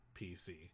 PC